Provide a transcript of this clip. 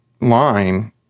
line